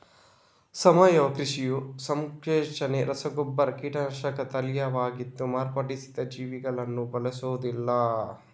ಸಾವಯವ ಕೃಷಿಯು ಸಂಶ್ಲೇಷಿತ ರಸಗೊಬ್ಬರ, ಕೀಟನಾಶಕ, ತಳೀಯವಾಗಿ ಮಾರ್ಪಡಿಸಿದ ಜೀವಿಗಳನ್ನ ಬಳಸುದಿಲ್ಲ